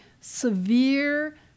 severe